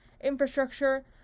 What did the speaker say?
infrastructure